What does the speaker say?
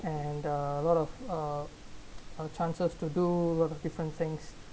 and uh lot of uh chances to do lots of different things